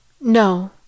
No